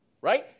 right